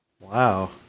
Wow